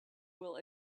will